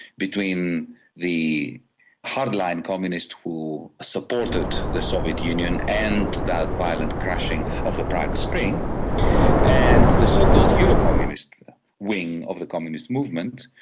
between the hard-line communists who supported the soviet union and the violent crushing of the prague spring and the so-called eurocommunist wing of the communist movement,